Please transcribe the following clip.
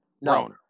No